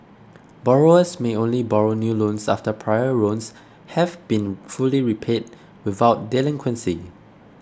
borrowers may only borrow new loans after prior loans have been fully repaid without delinquency